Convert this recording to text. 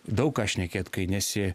daug ką šnekėt kai nesi